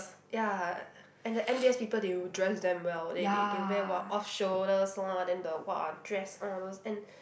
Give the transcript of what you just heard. ya uh and the N_B_S people they will dress damn well they they they wear what off shoulders lah then the !wah! dress all those and